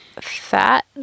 fat